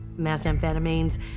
methamphetamines